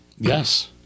yes